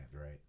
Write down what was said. right